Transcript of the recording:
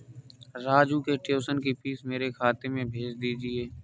राजू के ट्यूशन की फीस मेरे खाते में भेज दीजिए